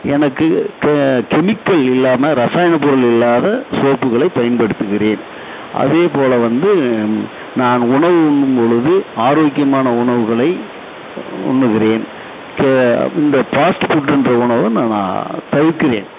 எனக்கு கெமிக்கல் இல்லாமல் ரசாயன பொருள் இல்லாத சோப்புகளை பயன்படுத்துகிறேன் அதேபோல் வந்து நான் உணவு உண்ணும்பொழுது ஆரோக்கியமான உணவுகளை உண்ணுகிறேன் கெ இந்த ஃபாஸ்ட்டு ஃபுட்டுங்ற உணவை நான் நான் தவிர்க்கிறேன்